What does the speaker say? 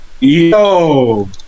Yo